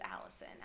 Allison